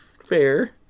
Fair